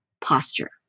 posture